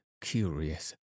curious